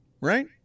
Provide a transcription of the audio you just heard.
right